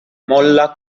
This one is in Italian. molla